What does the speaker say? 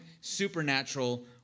supernatural